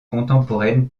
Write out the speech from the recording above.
contemporaine